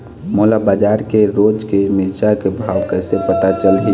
मोला बजार के रोज के मिरचा के भाव कइसे पता चलही?